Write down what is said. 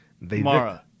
Mara